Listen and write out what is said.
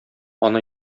аны